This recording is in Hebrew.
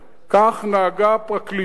כך נהגה הפרקליטות